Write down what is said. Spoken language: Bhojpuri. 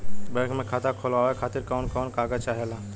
बैंक मे खाता खोलवावे खातिर कवन कवन कागज चाहेला?